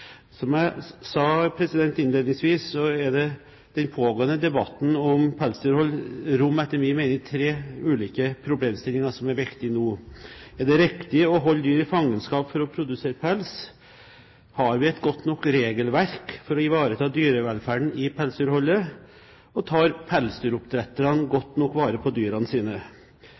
Som jeg også sa innledningsvis, rommer den pågående debatten om pelsdyrhold etter min mening tre ulike problemstillinger, som er viktige nå. Er det riktig å holde dyr i fangenskap for å produsere pels? Har vi et godt nok regelverk for å ivareta dyrevelferden i pelsdyrholdet? Og tar pelsdyroppdretterne godt nok vare på dyrene sine?